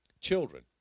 Children